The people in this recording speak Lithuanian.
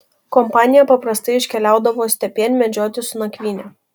kompanija paprastai iškeliaudavo stepėn medžioti su nakvyne